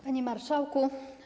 Panie Marszałku!